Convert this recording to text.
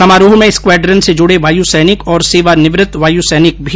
समारोह में स्क्वाड्रन से जुड़े वायुसैनिक और सेवानिवत्त वायुसैनिक भी शामिल हए